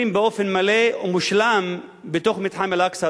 באופן מלא ומושלם בתוך מתחם אל-אקצא,